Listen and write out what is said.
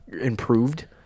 improved